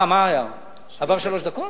מה, עברו שלוש דקות?